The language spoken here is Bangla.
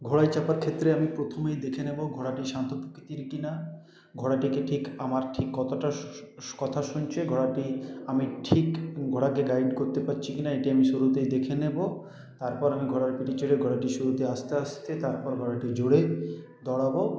ঘোড়ায় চাপার ক্ষেত্রে আমি প্রথমেই দেখে নেব ঘোড়াটি শান্ত প্রকৃতির কিনা ঘোড়াটিকে ঠিক আমার ঠিক কতটা কথা শুনছে ঘোড়াটি আমি ঠিক ঘোড়াকে গাইড করতে পারছি কি না এটা আমি শুরুতেই দেখে নেব তারপর আমি ঘোড়ার পিঠে চড়ে ঘোড়াটি শুরুতে আস্তে আস্তে তারপর ঘোড়াটি জোরে দৌড়াব